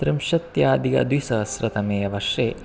त्रिंशत्यादिकद्विसहस्रतमे वर्षे